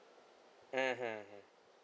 mm mm mm